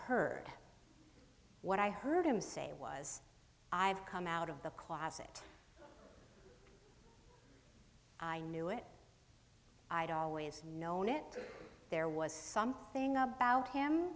heard what i heard him say was i've come out of the closet i knew it i had always known it there was something